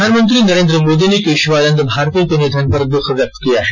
प्रधानमंत्री नरेंद्र मोदी ने केशवानंद भारती के निधन पर दुख व्याक्त किया है